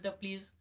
please